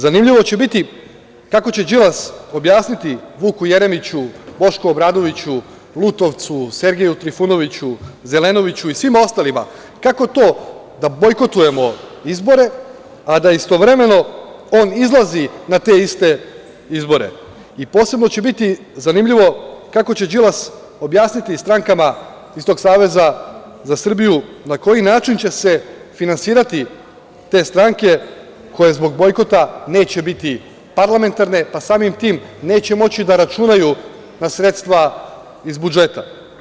Zanimljivo će biti kako će Đilas objasniti Vuku Jeremiću, Bošku Obradoviću, Lutovcu, Sergeju Trifunoviću, Zelenoviću i svima ostalima - kako to da bojkotujemo izbore, a da istovremeno on izlazi na te iste izbore i posebno će biti zanimljivo kako će Đilas objasniti strankama iz tog Saveza za Srbiju na koji način će se finansirati te stranke koje zbog bojkota neće biti parlamentarne, pa samim tim neće moći da računaju na sredstva iz budžeta.